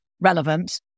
relevant